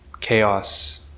chaos